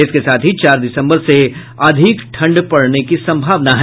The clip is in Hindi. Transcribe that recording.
इसके साथ ही चार दिसंबर से अधिक ठंड पड़ने की संभावना है